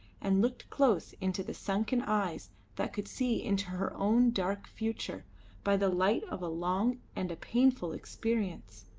and looked close into the sunken eyes that could see into her own dark future by the light of a long and a painful experience.